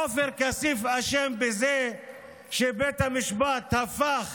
עופר כסיף אשם בזה שבית המשפט הפך